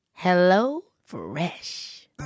HelloFresh